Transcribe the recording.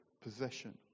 possession